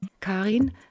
Karin